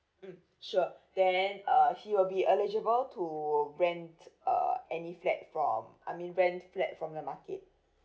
mmhmm sure then uh he will be eligible to rent uh any flat from I mean rent flat from the market